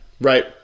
right